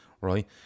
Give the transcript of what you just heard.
right